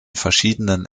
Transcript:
verschiedenen